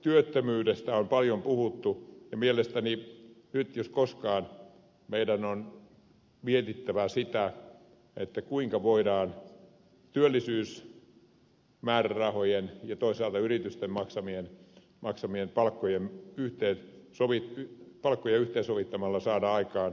nuorisotyöttömyydestä on paljon puhuttu ja mielestäni nyt jos koskaan meidän on mietittävä sitä kuinka voidaan työllisyysmäärärahoja ja toisaalta yritysten maksamien maksamien palkkojen nyt ei maksamia palkkoja yhteen sovittamalla saada aikaan nuorisolle työpaikkoja